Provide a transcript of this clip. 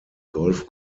golf